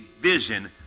vision